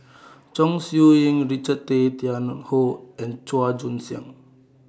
Chong Siew Ying Richard Tay Tian Hoe and Chua Joon Siang